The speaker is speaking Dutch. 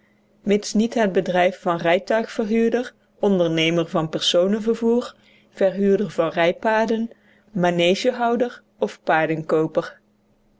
mits niet het bedrijf van rijtuigverhuurder ondernemer van personenvervoer verhuurder van rijpaarden manegehouder of